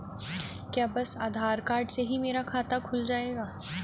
क्या बस आधार कार्ड से ही मेरा खाता खुल जाएगा?